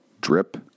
drip